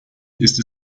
ist